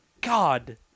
God